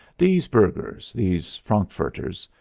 these burghers, these frankfurters,